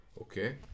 Okay